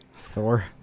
Thor